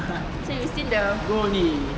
so you still the